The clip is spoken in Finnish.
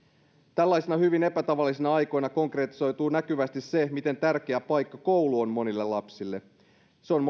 tällaisina hyvin epätavallisina aikoina konkretisoituu näkyvästi se miten tärkeä paikka koulu on monille lapsille se on